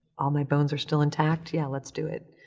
all my bones are still intact, yeah. let's do it.